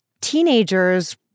teenagers